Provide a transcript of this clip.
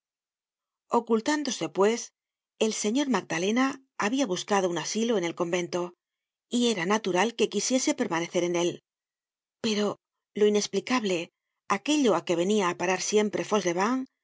ocultándose pues el señor magdalena habia buscado un asilo en el convento y era natural que quisiese permanecer en él pero lo irtesplicable aquello á que venia á parar siempre